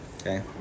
Okay